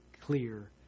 clear